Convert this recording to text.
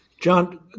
John